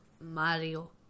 Mario